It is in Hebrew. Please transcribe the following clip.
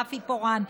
רפי פורן,